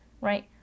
right